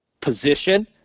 Position